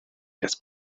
get